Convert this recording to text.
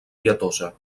pietosa